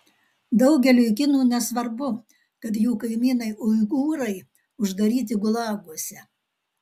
daugeliui kinų nesvarbu kad jų kaimynai uigūrai uždaryti gulaguose